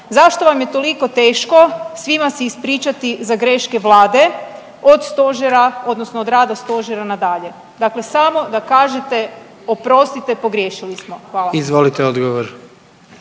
Zašto vam je toliko teško svima se ispričati za graške vlade od stožera odnosno od rada stožera na dalje, dakle samo da kažete oprostite pogriješili smo? Hvala. **Jandroković,